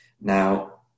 now